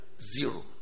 zero